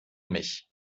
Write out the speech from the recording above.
mich